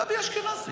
גבי אשכנזי.